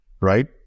right